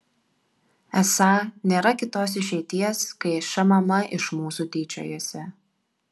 esą nėra kitos išeities kai šmm iš mūsų tyčiojasi